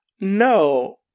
No